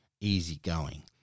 easygoing